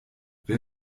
wer